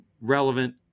relevant